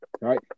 right